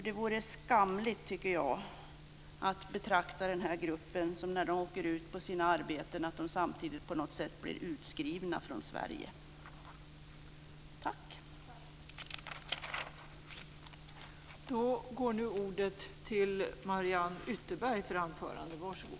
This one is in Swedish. Det vore skamligt att denna grupp samtidigt som de åker ut på uppdrag blir utskrivna från den svenska sjukkassan.